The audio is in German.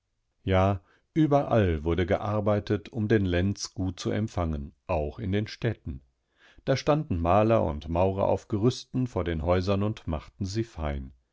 ja überall wurde gearbeitet um den lenz gut zu empfangen auch in den städten da standen maler und maurer auf gerüsten vor den häusern und machten sie fein